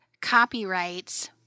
copyrights